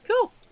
Cool